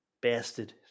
bastard